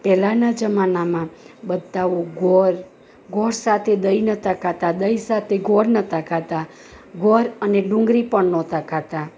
પહેલાંના જમાનામાં બધાઓ ગોળ ગોળ સાથે દહીં નહોતાં ખાતાં દહીં સાથે ગોળ નહોતાં ખાતાં ગોળ અને ડુંગળી પણ નહોતાં ખાતાં